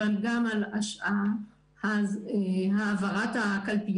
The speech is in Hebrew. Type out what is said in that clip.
אבל גם על העברת הקלפיות,